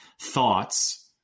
thoughts